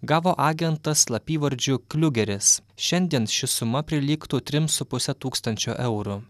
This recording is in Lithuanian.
gavo agentas slapyvardžiu kliugeris šiandien ši suma prilygtų trims su puse tūkstančio eurų